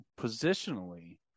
positionally